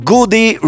Goody